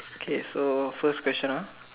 okay so first question ah